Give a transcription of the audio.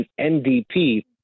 NDP